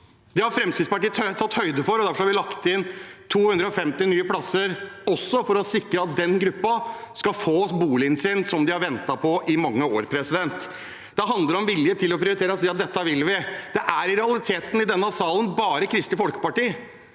Det har Fremskrittspartiet tatt høyde for, og derfor har vi lagt inn 250 nye plasser, også for å sikre at den gruppen skal få boligen sin, som de har ventet på i mange år. Det handler om vilje til å prioritere og si at dette vil vi. Det er i realiteten bare Kristelig Folkeparti